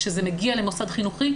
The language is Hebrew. כשזה מגיע למוסד חינוכי,